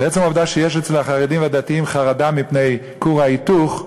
ועצם העובדה שיש אצל החרדים והדתיים חרדה מפני כור ההיתוך,